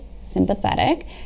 sympathetic